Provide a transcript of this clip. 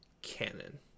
canon